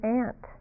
aunt